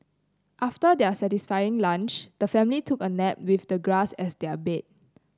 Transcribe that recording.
after their satisfying lunch the family took a nap with the grass as their bed